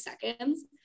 seconds